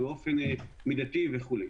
באופן מידתי וכו'.